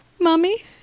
Mommy